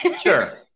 Sure